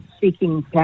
seeking